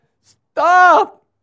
stop